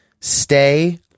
stay